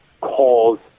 calls